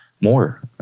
more